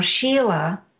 Sheila